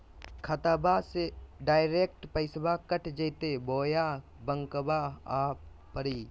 खाताबा से डायरेक्ट पैसबा कट जयते बोया बंकबा आए परी?